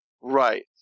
Right